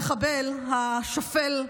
המחבל השפל,